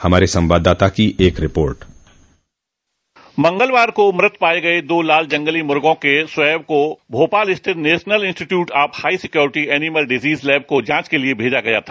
हमारे संवाददाता की एक रिपोर्ट मंगलवार को मृत पाए गए दो लाल जंगली मुर्गो के स्वैब के नमूनो को भोपाल स्थित national institute of high security animal disease lab को जांच के लिए भेजा था